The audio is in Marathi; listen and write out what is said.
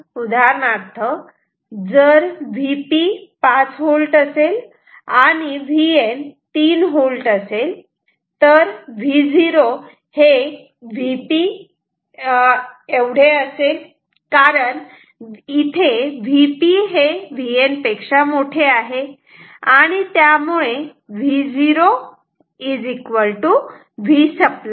तेव्हा जर V P 5 V आणि Vn 3V असेल तर Vo Vp असेल कारण Vp हे Vn पेक्षा मोठे आहे आणि त्यामुळे Vo Vसप्लाय